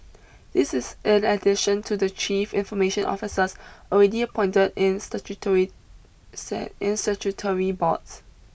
this is in addition to the chief information officers already appointed in statutory in statutory boards